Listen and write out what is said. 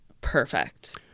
perfect